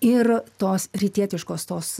ir tos rytietiškos tos